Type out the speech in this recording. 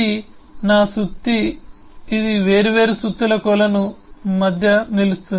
ఇది నా సుత్తి ఇది వేర్వేరు సుత్తుల కొలను మధ్య నిలుస్తుంది